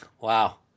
Wow